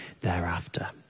thereafter